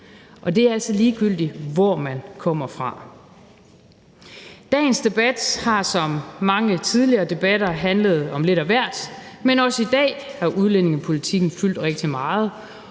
og det er altså ligegyldigt, hvor man kommer fra. Dagens debat har som mange tidligere debatter handlet om lidt af hvert, men også i dag har udlændingepolitikken fyldt rigtig meget,